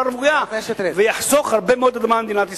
רוויה ויחסוך הרבה מאוד אדמה למדינת ישראל.